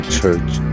church